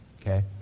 Okay